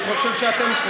אני חושב שאתם,